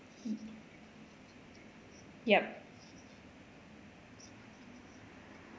ya